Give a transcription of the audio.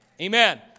amen